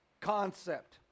concept